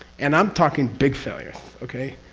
and i'm talking big failures. okay?